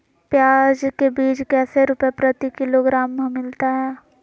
प्याज के बीज कैसे रुपए प्रति किलोग्राम हमिलता हैं?